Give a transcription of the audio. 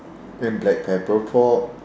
and black pepper pork